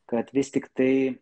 kad vis tiktai